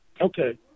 Okay